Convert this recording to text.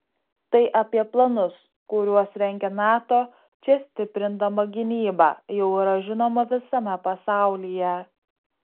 tai apie planus kuriuos rengia nato čia stiprindama gynybą jau yra žinoma visame pasaulyje